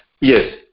Yes